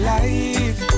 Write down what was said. life